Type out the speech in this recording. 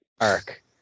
arc